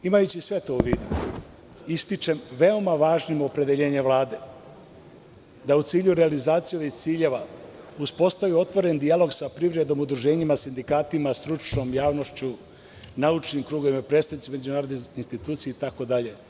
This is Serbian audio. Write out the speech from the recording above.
Imajući sve to u vidu ističem veoma važno opredeljenje Vlade da u cilju realizacije ovih ciljeva uspostavi otvoren dijalog sa privrednim udruženjima, sindikatima, stručnom javnošću, naučnim krugovima, predstavnicima međunarodnih institucija itd.